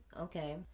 Okay